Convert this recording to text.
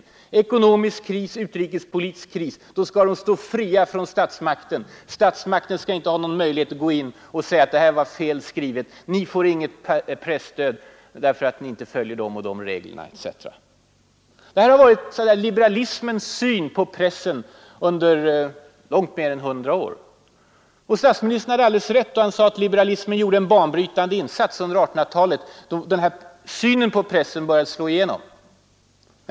I en ekonomisk kris eller en utrikespolitisk kris skall de stå fria från statsmakten; staten skall inte ha någon möjlighet att gå in och säga: Det här var fel skrivet, ni får inget presstöd därför att ni inte följer de givna reglerna, osv. Detta har varit liberalismens syn på pressen under långt mer än hundra år. Statsministern hade alldeles rätt i onsdags då han sade att liberalismen gjorde en banbrytande insats under 1800-talet, när denna syn på pressen började slå igenom.